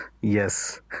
Yes